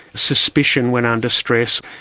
suspicion when under stress,